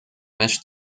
mesh